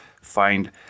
Find